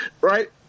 right